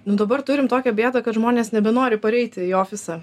nu dabar turim tokią bėdą kad žmonės nebenori pareiti į ofisą